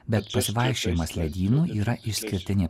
bet pasivaikščiojimas ledynu yra išskirtinė